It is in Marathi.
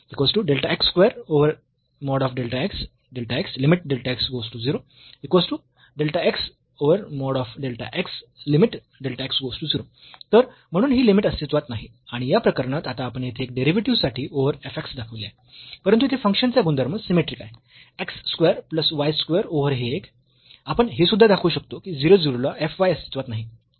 तर म्हणून ही लिमिट अस्तित्वात नाही आणि या प्रकरणात आता आपण येथे एका डेरिव्हेटिव्ह साठी ओव्हर f x दाखविले आहे परंतु येथे फंक्शन चा गुणधर्म सिमेट्रिक आहे x square plus y square over हे एक आपण हे सुद्धा दाखवू शकतो की 0 0 ला f y अस्तित्वात नाही